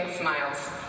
smiles